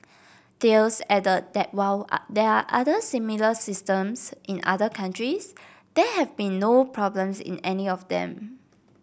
Thales added that while there are similar systems in other countries there have been no problems in any of them